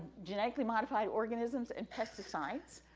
genetically modified organisms and pesticides,